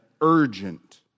urgent